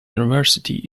university